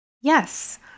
Yes